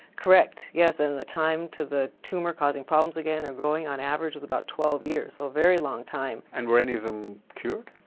correct, yes and the time to the tumour causing problems again or growing on average was about twelve years, so a very long time. and were any of them cured?